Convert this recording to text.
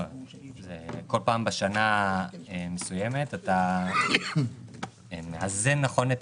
כל פעם בשנה מסוימת אתה מאזן נכון את